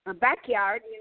backyard